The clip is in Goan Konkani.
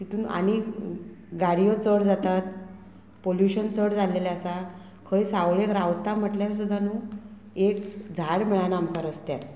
तितून आनी गाडयो चड जातात पोल्युशन चड जाल्लेले आसा खंय सावळेक रावता म्हटल्यार सुद्दा न्हू एक झाड मेळना आमकां रस्त्यार